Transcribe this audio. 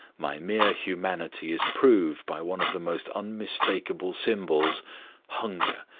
my mere humanity is proved by one of the most unmistakable symbols hunger.